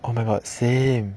oh my god same